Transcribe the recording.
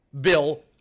bill